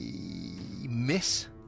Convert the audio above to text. miss